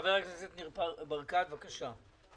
חבר הכנסת ניר ברקת, בבקשה.